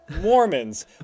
mormons